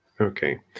Okay